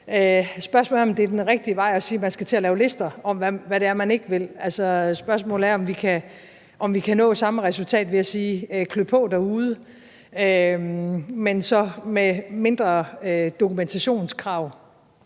Spørgsmålet er, om det er den rigtige vej at gå, at man skal til at lave lister over, hvad det er, man ikke vil. Altså, spørgsmålet er, om vi kan nå samme resultat ved at sige, at de skal klø på derude, men så med mindre dokumentationskrav.